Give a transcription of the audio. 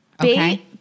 Okay